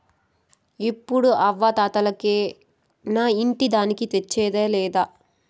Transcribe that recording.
ఎప్పుడూ అవ్వా తాతలకేనా ఇంటి దానికి తెచ్చేదా లేదా